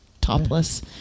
Topless